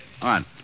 On